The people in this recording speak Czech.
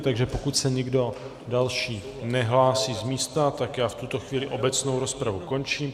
Takže pokud se někdo další nehlásí z místa, tak já v tuto chvíli obecnou rozpravu končím.